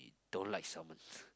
don't like salmon